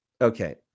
Okay